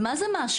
ומה זה משהו,